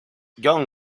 john